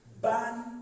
Ban